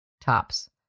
tops